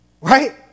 Right